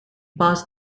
passed